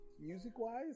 music-wise